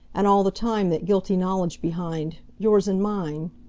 and all the time that guilty knowledge behind yours and mine!